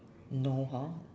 no hor